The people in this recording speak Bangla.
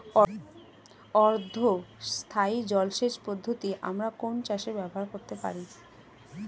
অর্ধ স্থায়ী জলসেচ পদ্ধতি আমরা কোন চাষে ব্যবহার করতে পারি?